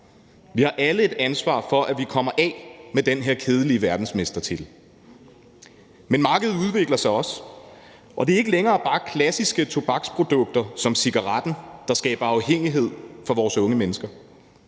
Vi har alle et ansvar for, at vi kommer af med den her kedelige verdensmestertitel. Men markedet udvikler sig også, og det er ikke længere bare klassiske tobaksprodukter som cigaretten, der skaber afhængighed for vores unge mennesker.